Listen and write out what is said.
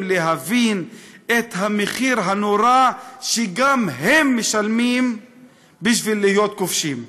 להבין את המחיר הנורא שגם הם משלמים בשביל להיות כובשים.